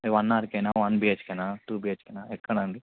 one ఆర్కేనా one బీహెచ్కేనా two బీహెచ్కేనా ఎక్కడ అండి